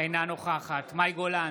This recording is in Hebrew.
אינה נוכחת מאי גולן,